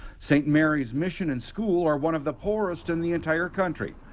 st. mary's mission and school are one of the poorest in the entire country.